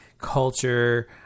culture